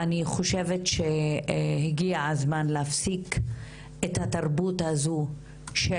אני חושבת שהגיע הזמן להפסיק את התרבות הזו של